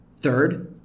Third